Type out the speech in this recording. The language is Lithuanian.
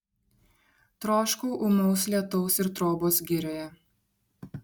troškau ūmaus lietaus ir trobos girioje